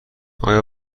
آیا